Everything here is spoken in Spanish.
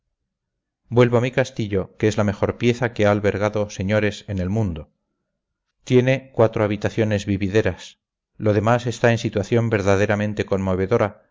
mi castillo que es la mejor pieza que ha albergado señores en el mundo tiene cuatro habitaciones vivideras lo demás está en situación verdaderamente conmovedora